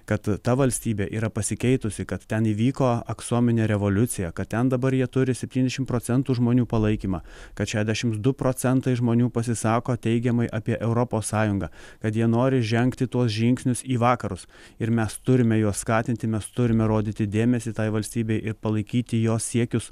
kad ta valstybė yra pasikeitusi kad ten įvyko aksominė revoliucija kad ten dabar jie turi septyniasdešimt procentų žmonių palaikymą kad šešiasdešimt du procentai žmonių pasisako teigiamai apie europos sąjungą kad jie nori žengti tuos žingsnius į vakarus ir mes turime juos skatinti mes turime rodyti dėmesį tai valstybei ir palaikyti jos siekius